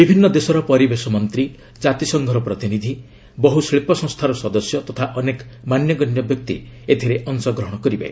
ବିଭିନ୍ନ ଦେଶର ପରିବେଶ ମନ୍ତ୍ରୀ ଜାତିସଂଘ ପ୍ରତିନିଧି ଓ ବହୁ ଶିଳ୍ପ ସଂସ୍ଥାର ସଦସ୍ୟ ତଥା ଅନେକ ମାନ୍ୟଗଣ୍ୟ ବ୍ୟକ୍ତି ଏଥିରେ ଅଂଶଗ୍ରହଣ କରିବେ